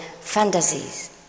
fantasies